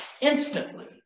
instantly